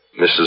Mrs